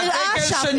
ברור.